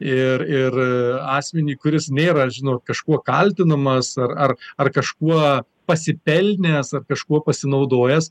ir ir asmenį kuris nėra žinot kažkuo kaltinamas ar ar ar kažkuo pasipelnęs ar kažkuo pasinaudojęs